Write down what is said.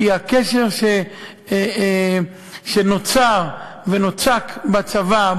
כי הקשר שנוצר ונוצק בצבא,